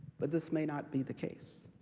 but this may not be the case.